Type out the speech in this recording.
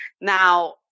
Now